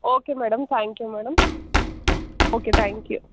okay madam thank you madam okay thank you